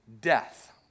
death